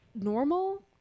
normal